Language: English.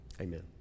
Amen